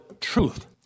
truth